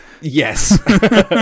Yes